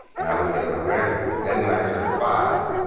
and i would stay at my grandparents'. then when i turned five,